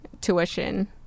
tuition